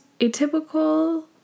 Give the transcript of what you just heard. atypical